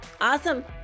Awesome